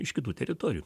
iš kitų teritorijų